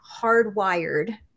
hardwired